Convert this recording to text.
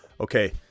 Okay